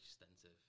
extensive